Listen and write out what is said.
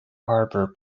harbour